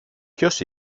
ποιος